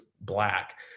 Black